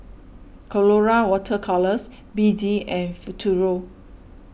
Colora Water Colours B D and Futuro